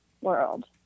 world